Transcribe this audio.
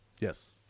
Yes